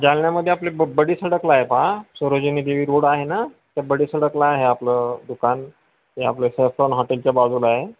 जालन्यामध्ये आपले ब बडी सडकला आहे पाहा सरोजनी देवी रोड आहे ना ते बडी सडकला आहे आपलं दुकान हे आपलं सेफ्रॉन हॉटेलच्या बाजूला आहे